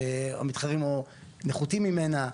שהמתחרים נחותים ממנה,